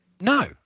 No